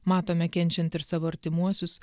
matome kenčiant ir savo artimuosius